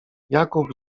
jakub